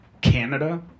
canada